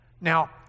now